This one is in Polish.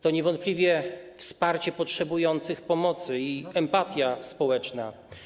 To niewątpliwie wsparcie potrzebujących pomocy i empatia społeczna.